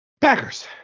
Packers